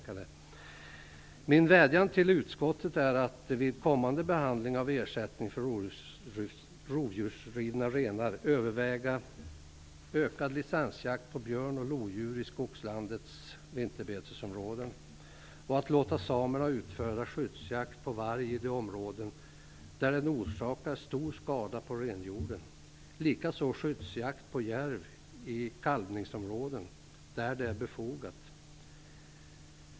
Jag vill vädja till utskottet att vid kommande behandling av frågan om ersättning för rovdjursrivna renar överväga ökad licensjakt på björn och lodjur i skogslandets vinterbetesområden och att låta samerna utföra skyddsjakt på varg i de områden där den orsakar stor skada på renhjordar, likaså skyddsjakt på järv i kalvningsområden där det är befogat.